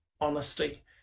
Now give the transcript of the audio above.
honesty